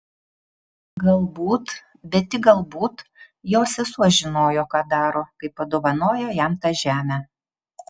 galbūt bet tik galbūt jo sesuo žinojo ką daro kai padovanojo jam tą žemę